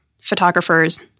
photographers